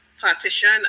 partition